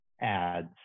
ads